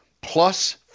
plus